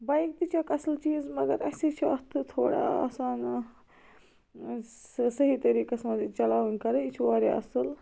bike تہِ چھِ اَکھ اَصٕل چیٖز مگر اَسے چھِ اَتھ تہِ تھوڑا آسان صحیح طٔریٖقس منٛز یہِ چَلاوٕنی کَرٕنۍ یہِ چھُ وارِیاہ اَصٕل